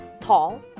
tall